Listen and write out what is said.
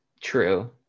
True